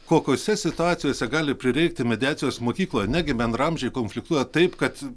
kokiose situacijose gali prireikti mediacijos mokykloje negi bendraamžiai konfliktuoja taip kad